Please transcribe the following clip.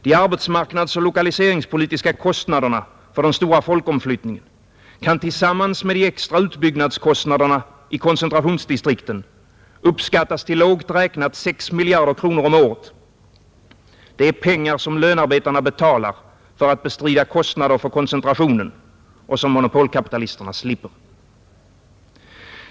De arbetsmarknadsoch lokaliseringspolitiska kostnaderna för den stora folkomflyttningen kan tillsammans med de extra utbyggnadskostnaderna i koncentrationsdistrikten uppskattas till lågt räknat 6 miljarder kronor om året. Det är pengar som lönarbetarna betalar för att bestrida kostnader för koncentrationen och som monopolkapitalisterna slipper.